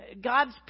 God's